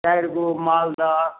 चारिगो मालदह